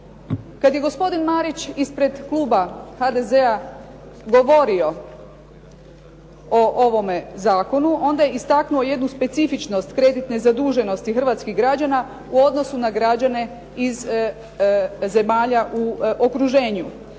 Kad je gospodin Marić ispred kluba HDZ-a govorio o ovome zakonu, onda je istaknuo jednu specifičnost kreditne zaduženosti hrvatskih građana u odnosu na građane iz zemalja u okruženju.